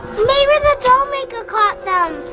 maybe the doll maker caught them.